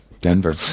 Denver